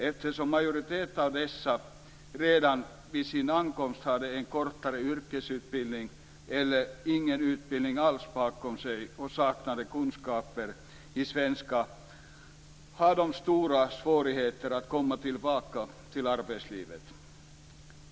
Eftersom en majoritet av dessa redan vid sin ankomst hade en kortare yrkesutbildning eller ingen utbildning alls bakom sig och saknade kunskaper i svenska, har de stora svårigheter att komma tillbaka till arbetslivet.